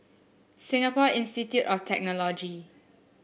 Singapore Institute of Technology